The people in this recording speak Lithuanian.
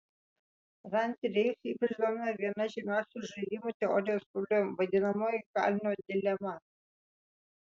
rand tyrėjus ypač domino viena žymiausių žaidimų teorijos problemų vadinamoji kalinio dilema